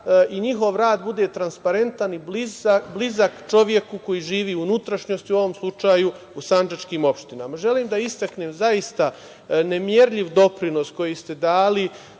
i njihov rad bude transparentan i blizak čoveku koji živi u unutrašnjosti u ovom slučaju u Sandžačkim opštinama. Želim da istaknem zaista nemerljiv doprinos koji ste dali